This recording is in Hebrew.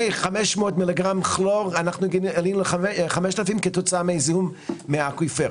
מ-500 מ"ג כלור גילינו 5,000 כתוצאה מזיהום מהאקוויפר.